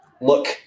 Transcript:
look